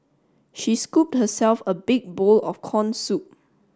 she scooped herself a big bowl of corn soup